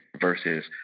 Versus